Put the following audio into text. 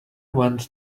went